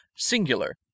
Singular